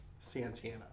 Santana